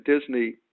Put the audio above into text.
Disney